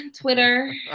Twitter